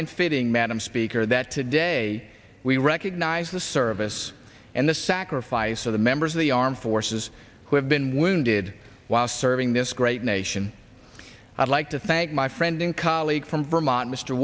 in fitting madam speaker that today we recognize the service and the sacrifice of the members of the armed forces who have been wounded while serving this great nation i'd like to thank my friend and colleague from vermont mr